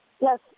Yes